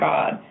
God